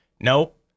Nope